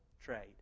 trade